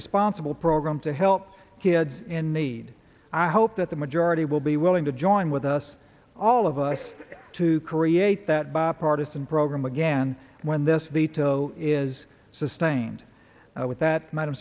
responsible program to help kids in need i hope that the majority will be willing to join with us all of us to create that bipartisan program again when this veto is sustained and with that